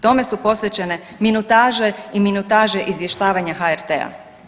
Tome su posvećene minutaže i minutaže izvještavanja HRT-a.